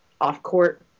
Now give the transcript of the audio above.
off-court